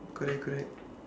correct correct